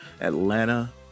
atlanta